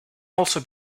also